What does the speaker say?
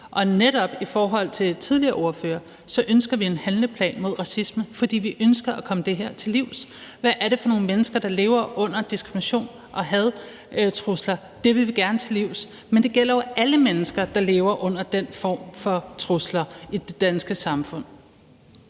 Og netop i forhold til tidligere ordførere vil jeg sige, at vi ønsker en handleplan mod racisme, fordi vi ønsker at komme det her til livs. Hvad er det for nogle mennesker, der lever under diskrimination og had og trusler? Det vil vi gerne til livs, men det gælder jo alle mennesker, der lever under den form for trusler i det danske samfund.